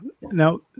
Now